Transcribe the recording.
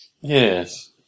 Yes